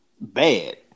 Bad